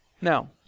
Now